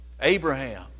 Abraham